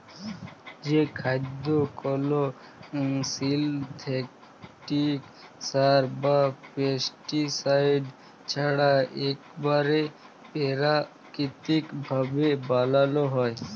যে খাদ্য কল সিলথেটিক সার বা পেস্টিসাইড ছাড়া ইকবারে পেরাকিতিক ভাবে বানালো হয়